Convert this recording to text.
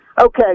Okay